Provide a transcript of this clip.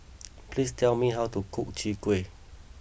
please tell me how to cook Chwee Kueh